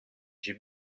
j’ai